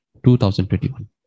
2021